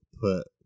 put